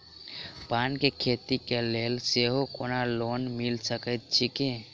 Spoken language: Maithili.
पान केँ खेती केँ लेल सेहो कोनो लोन मिल सकै छी की?